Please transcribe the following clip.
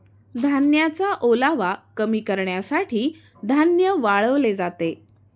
धान्याचा ओलावा कमी करण्यासाठी धान्य वाळवले जाते